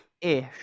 Ish